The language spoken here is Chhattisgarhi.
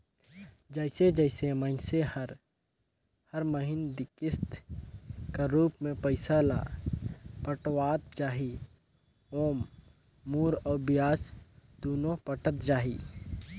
जइसे जइसे मइनसे हर हर महिना किस्त कर रूप में पइसा ल पटावत जाही ओाम मूर अउ बियाज दुनो पटत जाही